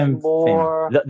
more